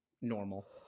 normal